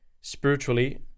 spiritually